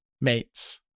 mates